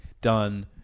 done